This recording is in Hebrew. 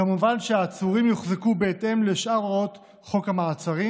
כמובן שהעצורים יוחזקו בהתאם לשאר הוראות חוק המעצרים